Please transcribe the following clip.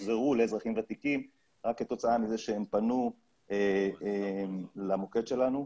הוחזרו לאזרחים ותיקים רק כתוצאה מזה שהם פנו למוקד שלנו.